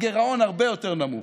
הגירעון הרבה יותר נמוך.